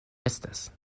estas